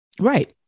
Right